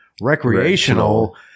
recreational